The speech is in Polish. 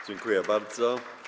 Dziękuję bardzo.